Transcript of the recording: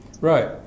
Right